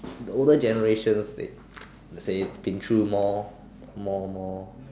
the older generation they say been through more more more